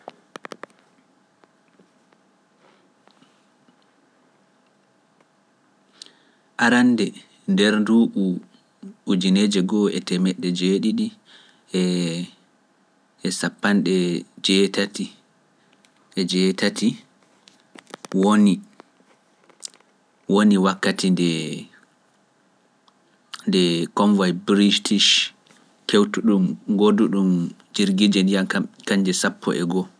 Arannde nder nduu ujineeje goo e temedde jeeɗiɗi e e sappanɗe jeetati e jeetati woni wakkati nde konway British kewtu ɗum godu ɗum jirgije ndiyam kanje sappo e goo.